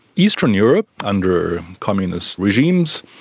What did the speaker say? eastern europe under communist regimes